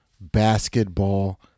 basketball